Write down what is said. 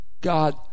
God